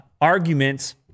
arguments